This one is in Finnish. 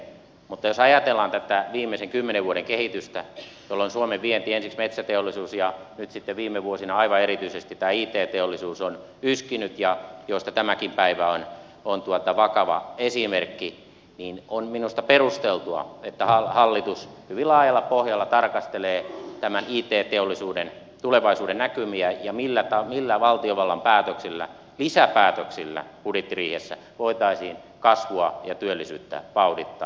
mutta jos ajatellaan tätä viimeisten kymmenen vuoden kehitystä jolloin suomen vienti ensiksi metsäteollisuus ja nyt sitten viime vuosina aivan erityisesti tämä it teollisuus on yskinyt mistä tämäkin päivä on vakava esimerkki niin on minusta perusteltua että hallitus hyvin laajalla pohjalla tarkastelee tämän it teollisuuden tulevaisuudennäkymiä ja sitä millä valtiovallan päätöksillä lisäpäätöksillä budjettiriihessä voitaisiin kasvua ja työllisyyttä vauhdittaa